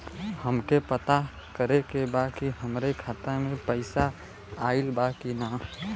हमके पता करे के बा कि हमरे खाता में पैसा ऑइल बा कि ना?